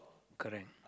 correct